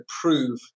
prove